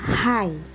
Hi